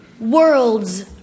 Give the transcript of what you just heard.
Worlds